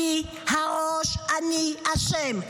אני הראש, אני אשם.